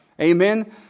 Amen